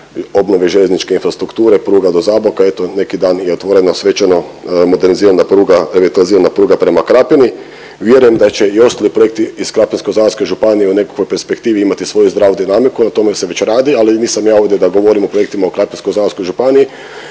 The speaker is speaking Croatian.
obnove željezničke infrastrukture, pruga do Zaboka eto neki dan je otvorena svečano modernizirana pruga elektrizirana pruga prema Krapini. Vjerujem da će i ostali projekti iz Krapinsko-zagorske županiji u nekakvoj perspektivi imati svoju zdravu dinamiku, na tome se već radi ali nisam ja ovdje da govorim o projektima u Krapinsko-zagorskoj županiji